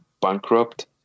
bankrupt